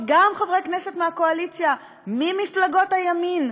וגם חברי כנסת מהקואליציה ממפלגות הימין